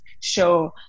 show